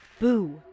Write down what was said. Boo